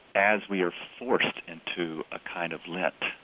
as we are forced into a kind of lent,